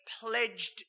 pledged